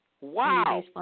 Wow